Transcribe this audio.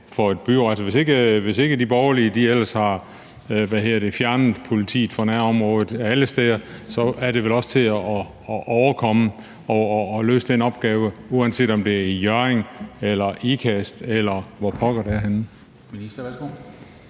hvis ikke de borgerlige ellers har fjernet politiet fra nærområderne alle steder, er det vel også til at overkomme at løse den opgave, uanset om det er i Hjørring eller Ikast, eller hvor pokker det er